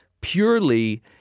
purely